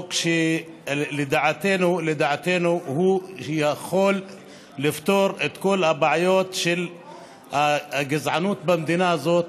חוק שלדעתנו יכול לפתור את כל הבעיות של הגזענות במדינה הזאת,